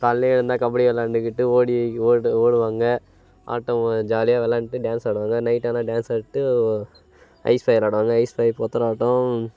காலைல எழுந்தால் கபடி விளாண்டுக்கிட்டு ஓடி ஓடு ஓடுவாங்க ஆட்டம் ஜாலியாக விளாண்ட்டு டான்ஸ் ஆடுவாங்க நைட்டானா டான்ஸு ஆடிகிட்டு ஐஸ்ஃபை விளாடுவாங்க ஐஸ்ஃபை